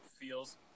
feels